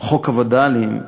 חוק הווד"לים,